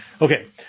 Okay